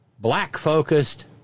black-focused